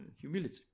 humility